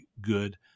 good